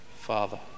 Father